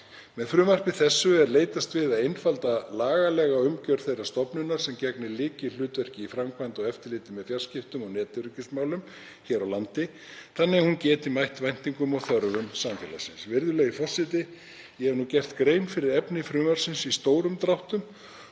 Með frumvarpi þessu er leitast við að einfalda lagalega umgjörð þeirrar stofnunar sem gegnir lykilhlutverki í framkvæmd og eftirliti með fjarskiptum og netöryggismálum hér á landi þannig að hún geti mætt væntingum og þörfum samfélagsins. Virðulegi forseti. Ég hef nú gert grein fyrir efni frumvarpsins í stórum dráttum